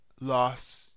Lost